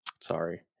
Sorry